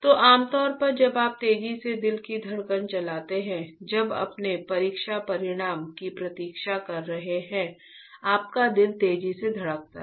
तो आम तौर पर जब आप तेजी से दिल की धड़कन चलाते हैं जब अपने परीक्षा परिणाम की प्रतीक्षा कर रहे हैं आपका दिल तेजी से धड़कता है